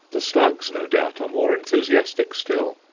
the slugs, no doubt, are more enthusiastic still.